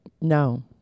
no